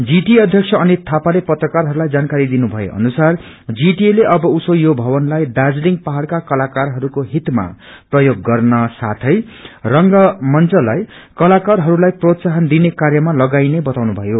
GTA अध्यक्ष अनित थापाले पत्रकारहस्लाई जानकारी दिनु भए अनुसार जीटिए लेअब उसो योभवनालाई दाज्रीलिङ पाहाउका कलकारहरूको डितमा प्रयोग गर्ने साथै रंगमुचलाई कलाकारहस्लाई प्रोत्साहन दिने कार्यमा लागाइने बताउनुभयो